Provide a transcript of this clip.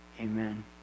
Amen